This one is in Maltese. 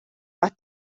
qatt